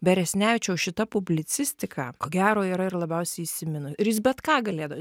beresnevičiaus šita publicistika ko gero yra ir labiausiai įsiminu ir jis bet ką galėdavo